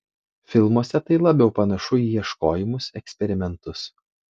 filmuose tai labiau panašu į ieškojimus eksperimentus